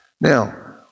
Now